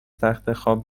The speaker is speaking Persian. تختخواب